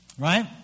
right